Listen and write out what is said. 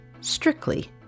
strictly